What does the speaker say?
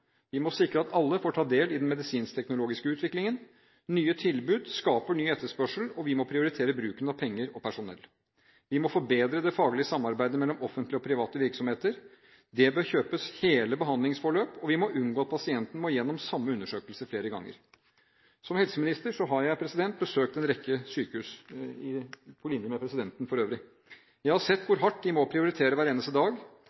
Vi må sikre at alle får ta del i den medisinsk-teknologiske utviklingen. Nye tilbud skaper ny etterspørsel, og vi må prioritere bruken av penger og personell. Vi må forbedre det faglige samarbeidet mellom offentlige og private virksomheter. Det bør kjøpes hele behandlingsforløp, og vi må unngå at pasienten må gjennom samme undersøkelse flere ganger. Som helseminister har jeg besøkt en rekke sykehus – på linje med presidenten, for øvrig. Jeg har sett hvor hardt de må prioritere hver eneste dag.